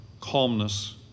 calmness